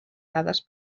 dades